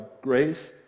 grace